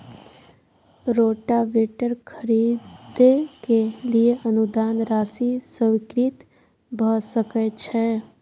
Rotavator खरीदे के लिए अनुदान राशि स्वीकृत भ सकय छैय?